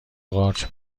قارچ